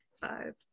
Five